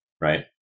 right